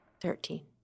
Thirteen